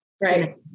right